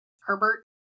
Herbert